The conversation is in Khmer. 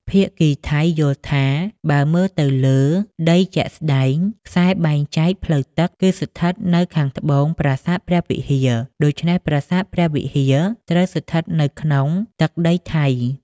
ភាគីថៃយល់ថា បើមើលទៅលើដីជាក់ស្តែង ខ្សែបែងចែកផ្លូវទឹក គឺស្ថិតនៅខាងត្បូងប្រាសាទព្រះវិហារ ដូច្នេះប្រាសាទព្រះវិហារត្រូវស្ថិតនៅក្នុងទឹកដីថៃ។